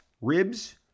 ribs